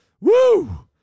Woo